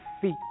feet